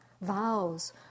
vows